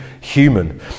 human